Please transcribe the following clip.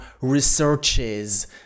researches